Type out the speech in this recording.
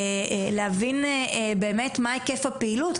להבין באמת מה היקף הפעילות,